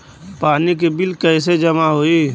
पानी के बिल कैसे जमा होयी?